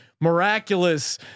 Miraculous